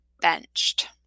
benched